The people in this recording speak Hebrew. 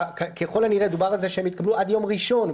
ככל הנראה דובר על זה שהן יתקבלו עד יום ראשון,